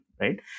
right